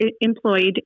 employed